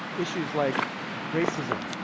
issues like racism,